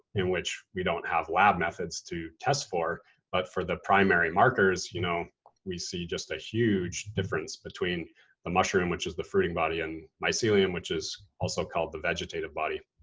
in which we don't have lab methods to test for. but for the primary markers you know we see just a huge difference between the mushroom, which is the fruiting body, and mycelium, which is also called the vegetative body.